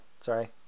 sorry